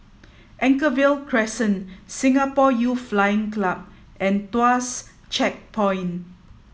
Anchorvale Crescent Singapore Youth Flying Club and Tuas Checkpoint